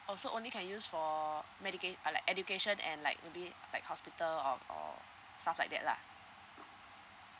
oh so only can use for medicate uh like education and like maybe like hospital or or stuff like that lah